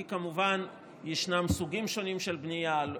כי כמובן יש סוגים שונים של בנייה,